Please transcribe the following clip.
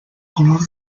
color